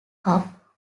cup